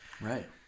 Right